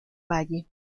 valle